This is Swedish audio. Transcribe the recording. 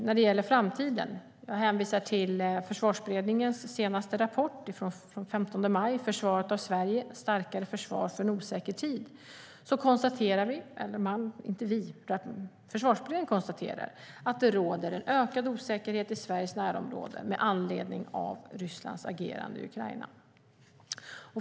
När det gäller framtiden hänvisar jag till Försvarsberedningens senaste rapport från den 15 maj, Försvaret av Sverige - starkare försvar för en osäker tid . Där konstaterar Försvarsberedningen att det råder en ökad osäkerhet i Sveriges närområde med anledning av Rysslands agerande i Ukraina.